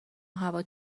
هوا